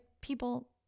people